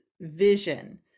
vision